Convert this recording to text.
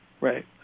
Right